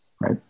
right